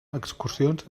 excursions